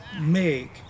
make